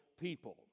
people